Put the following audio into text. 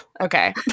Okay